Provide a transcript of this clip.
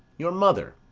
your mother.